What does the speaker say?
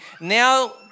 Now